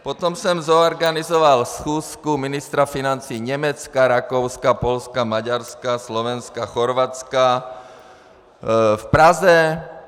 Potom jsem zorganizoval schůzku ministra financí Německa, Rakouska, Polska, Maďarska, Slovenska, Chorvatska v Praze.